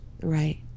Right